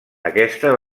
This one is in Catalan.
aquesta